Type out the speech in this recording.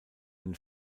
den